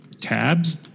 tabs